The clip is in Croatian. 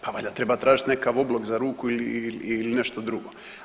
Pa valjda treba tražiti nekakav oblog za ruku ili nešto drugo.